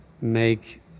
make